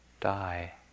die